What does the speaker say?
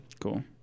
Cool